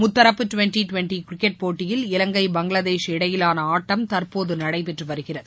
முத்தரப்பு twenty twenty cricket போட்டியில் இலங்கை பங்களாதேஷ் இடையிலான ஆட்டம் தற்போது நடைபெற்று வருகிறது